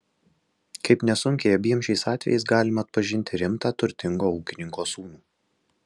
kaip nesunkiai abiem šiais atvejais galima atpažinti rimtą turtingo ūkininko sūnų